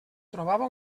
trobava